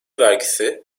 vergisi